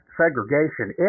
segregation